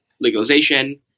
legalization